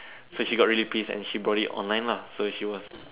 so she got really pissed and she brought it online lah so she was